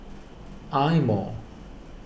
Eye Mo